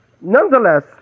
nonetheless